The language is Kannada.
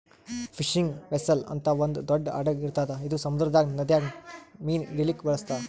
ಫಿಶಿಂಗ್ ವೆಸ್ಸೆಲ್ ಅಂತ್ ಒಂದ್ ದೊಡ್ಡ್ ಹಡಗ್ ಇರ್ತದ್ ಇದು ಸಮುದ್ರದಾಗ್ ನದಿದಾಗ್ ಮೀನ್ ಹಿಡಿಲಿಕ್ಕ್ ಬಳಸ್ತಾರ್